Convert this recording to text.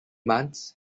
months